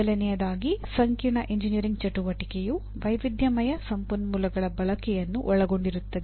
ಮೊದಲನೆಯದಾಗಿ ಸಂಕೀರ್ಣ ಎಂಜಿನಿಯರಿಂಗ್ ಚಟುವಟಿಕೆಯು ವೈವಿಧ್ಯಮಯ ಸಂಪನ್ಮೂಲಗಳ ಬಳಕೆಯನ್ನು ಒಳಗೊಂಡಿರುತ್ತದೆ